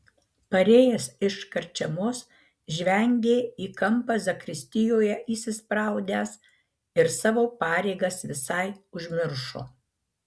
parėjęs iš karčiamos žvengė į kampą zakristijoje įsispraudęs ir savo pareigas visai užmiršo